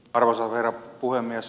arvoisa herra puhemies